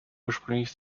ursprünglich